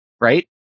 right